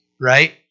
right